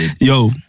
Yo